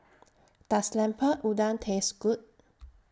Does Lemper Udang Taste Good